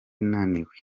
naniwe